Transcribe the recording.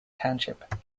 township